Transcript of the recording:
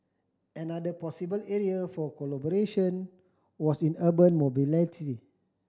another possible area for collaboration was in urban mobility